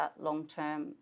long-term